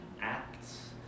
acts